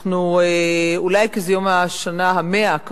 אולי כי זה יום השנה ה-100,